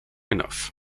enough